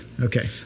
Okay